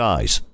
Eyes